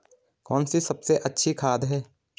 कौन सी सबसे अच्छी खाद है?